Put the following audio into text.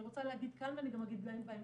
אני רוצה להגיד כאן ואני גם אגיד בהמשך